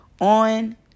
on